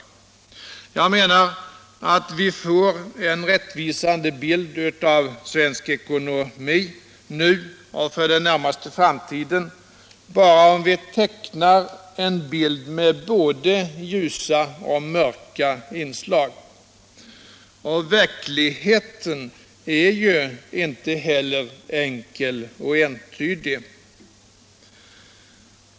Men jag menar att vi får en rättvisare bild av svensk ekonomi nu och för den närmaste framtiden bara om vi tecknar en bild med både ljusa och mörka inslag. Verkligheten är ju inte heller enkel och entydig.